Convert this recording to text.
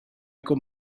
con